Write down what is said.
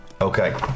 Okay